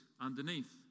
underneath